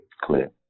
clear